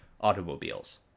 automobiles